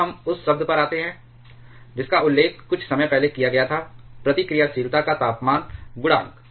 अब हम उस शब्द पर आते हैं जिसका उल्लेख कुछ समय पहले किया गया था प्रतिक्रियाशीलता का तापमान गुणांक